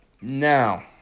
Now